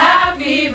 Happy